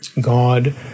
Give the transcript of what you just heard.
God